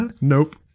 Nope